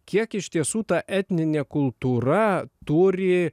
kiek iš tiesų ta etninė kultūra turi